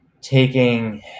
taking